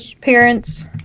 parents